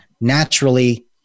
naturally